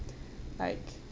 like